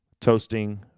toasting